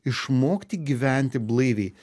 išmokti gyventi blaiviai